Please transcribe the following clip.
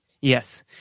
Yes